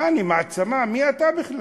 מה, אני מעצמה, מי אתה בכלל?